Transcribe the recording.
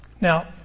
Now